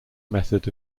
method